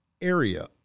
area